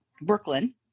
Brooklyn